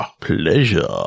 Pleasure